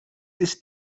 ist